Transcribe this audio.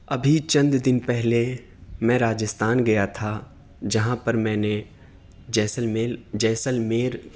ابھی چند دن پہلے میں راجستھان گیا تھا جہاں پر میں نے جیسلمیل جیسلمیر